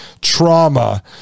trauma